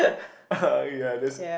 ya that's